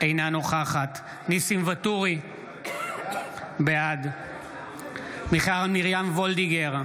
אינה נוכחת ניסים ואטורי, בעד מיכל מרים וולדיגר,